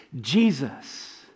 Jesus